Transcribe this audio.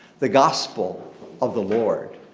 the gospel of the lord.